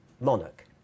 monarch